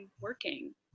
working